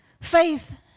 Faith